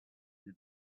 the